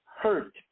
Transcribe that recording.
Hurt